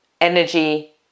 energy